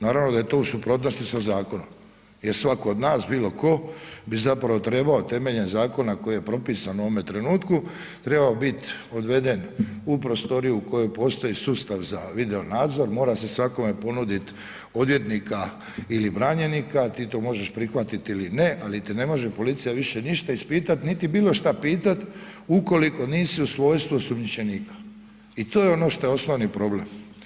Naravno da je to u suprotnosti sa zakonom jer svatko od nas, bilo tko bi zapravo trebao temeljem zakona koji je propisan u ovome trenutku trebao biti odveden u prostoriju u kojoj postoji sustav za video nazor, mora se svakome ponuditi odvjetnika ili branjenika, ti to možeš prihvatiti ili ne ali te ne može policija više ništa ispitati niti bilo šta pitati ukoliko nisi u svojstvu osumnjičenika i to je ono što je osnovni problem.